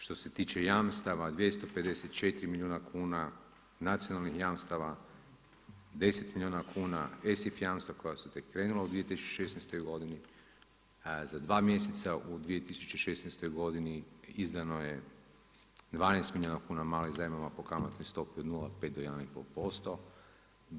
Što se tiče jamstava, 254 milijuna kuna, nacionalnih jamstava, 10 milijuna kuna, ESIF jamstava koja su tek krenula u 2016. godini, za 2 mjeseca u 2016. godini izdano je 12 milijuna kuna malih zajmova po kamatnoj stopi od 0,5 do 1,5%